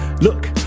Look